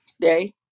day